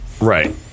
Right